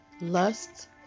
lust